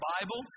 Bible